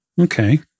Okay